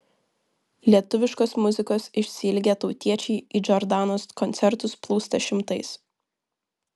lietuviškos muzikos išsiilgę tautiečiai į džordanos koncertus plūsta šimtais